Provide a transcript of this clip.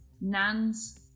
nans